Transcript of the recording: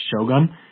shogun